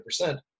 100%